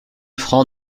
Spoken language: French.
franc